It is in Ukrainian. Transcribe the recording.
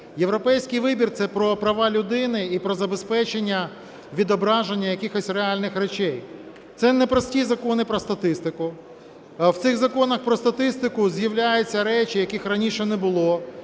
Європейський вибір – це про права людини і про забезпечення відображення якихось реальних речей. Це не прості Закони про статистику, в цих Законах про статистику з'являються речі, яких раніше не було,